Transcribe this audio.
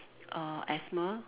uh asthma